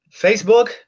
Facebook